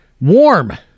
warm